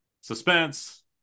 suspense